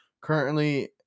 Currently